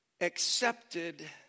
accepted